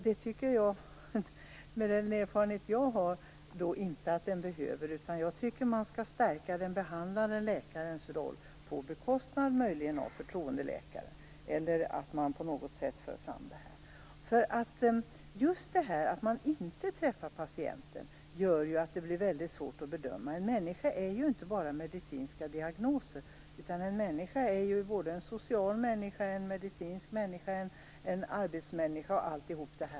Det tycker inte jag, med den erfarenhet jag har, att den behöver. Jag tycker att man skall stärka den behandlande läkarens roll, möjligen på bekostnad av förtroendeläkaren, eller också föra fram det här på något annat sätt. Just det här att man inte träffar patienten gör ju att det blir väldigt svårt att bedöma. En människa är ju inte bara medicinska diagnoser utan också en social människa, en medicinsk människa, en arbetsmänniska osv.